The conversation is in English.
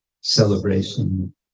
celebration